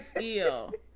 Ew